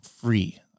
free